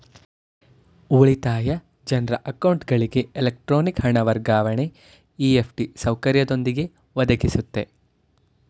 ಉಳಿತಾಯ ಜನ್ರ ಅಕೌಂಟ್ಗಳಿಗೆ ಎಲೆಕ್ಟ್ರಾನಿಕ್ ಹಣ ವರ್ಗಾವಣೆ ಇ.ಎಫ್.ಟಿ ಸೌಕರ್ಯದೊಂದಿಗೆ ಒದಗಿಸುತ್ತೆ